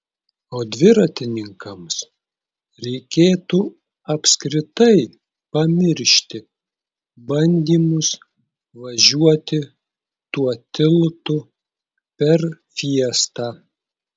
o dviratininkams reikėtų apskritai pamiršti bandymus važiuoti tuo tiltu per fiestą